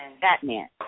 Batman